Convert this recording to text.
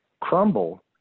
crumble